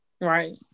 Right